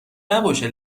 نباشه